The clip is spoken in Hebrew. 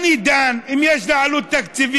אני דן: אם יש לה עלות תקציבית,